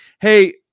Hey